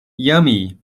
yummy